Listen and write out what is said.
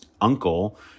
uncle